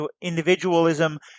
individualism